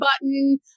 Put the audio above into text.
button